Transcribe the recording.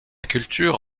culture